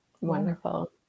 wonderful